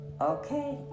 Okay